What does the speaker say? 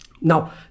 Now